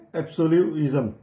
absolutism